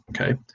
Okay